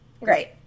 Great